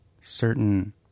certain